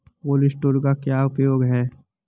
Cold storage का क्या उपयोग है?